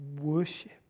worship